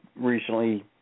recently